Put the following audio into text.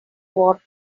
what